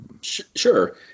Sure